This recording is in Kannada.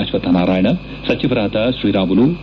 ಅಕ್ವಕ್ತನಾರಾಯಣ ಸಚಿವರಾದ ಶ್ರೀರಾಮುಲು ಕೆ